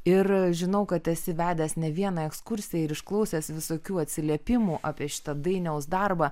ir žinau kad esi vedęs ne vieną ekskursiją ir išklausęs visokių atsiliepimų apie šitą dainiaus darbą